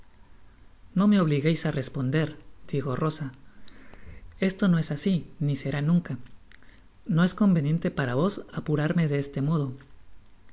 no me obligueis á responderdijo rosaesto no es asi ni será nunca no es conveniente para vos apurarme de este modo